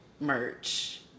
merch